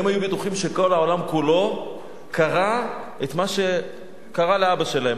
הם היו בטוחים שכל העולם כולו קרא את מה שקרה לאבא שלהם.